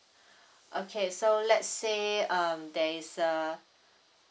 okay so let's say um there is uh